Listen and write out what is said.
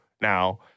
now